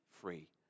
free